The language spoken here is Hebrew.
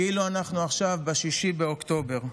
כאילו אנחנו עכשיו ב-6 באוקטובר,